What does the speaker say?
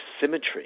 symmetry